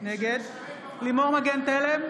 נגד לימור מגן תלם,